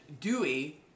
Dewey